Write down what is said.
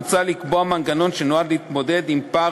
מוצע לקבוע מנגנון שנועד להתמודד עם פער